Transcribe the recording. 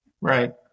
right